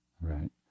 Right